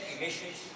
emissions